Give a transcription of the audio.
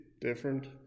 different